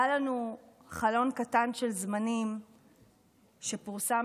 היה לנו חלון קטן של זמנים שבו פורסם